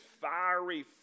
fiery